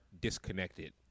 disconnected